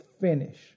finish